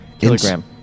Kilogram